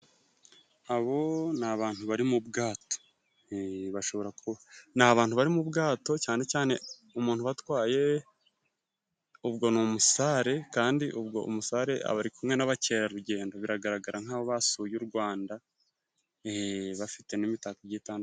Abo ni abantu bari mu bwato, ni abantu bari mu bwato cyane cyane umuntu ubatwaye, ubwo ni umusare, kandi ubwo umusare aba ari kumwe n'abakerarugendo. Biragaragara nk'aho basuye u Rwanda, bafite n'imitaka igiye itandu..